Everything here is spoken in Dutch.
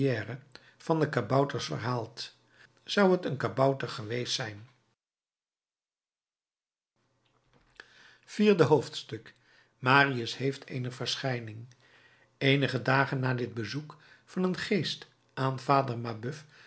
van de kabouters verhaalt zou t een kabouter geweest zijn vierde hoofdstuk marius heeft eene verschijning eenige dagen na dit bezoek van een geest aan vader mabeuf